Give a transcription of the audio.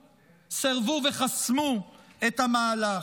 וחסמו את המהלך.